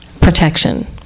protection